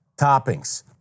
toppings